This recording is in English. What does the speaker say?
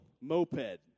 moped